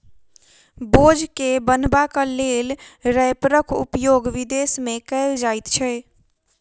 बोझ के बन्हबाक लेल रैपरक उपयोग विदेश मे कयल जाइत छै